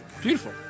Beautiful